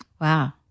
Wow